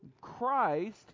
Christ